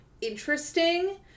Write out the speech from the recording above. interesting